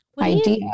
idea